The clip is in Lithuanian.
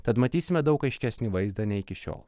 tad matysime daug aiškesnį vaizdą nei iki šiol